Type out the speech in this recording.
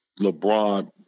LeBron